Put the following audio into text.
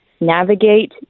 navigate